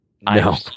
No